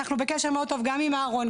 אנחנו בקשר מאוד טוב גם עם אהרון,